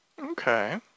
Okay